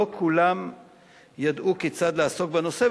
לא כולם ידעו כיצד לעסוק בנושא,